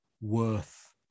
worth